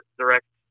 direct